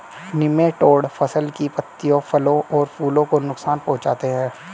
nematode फसल की पत्तियों फलों और फूलों को नुकसान पहुंचाते हैं